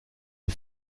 and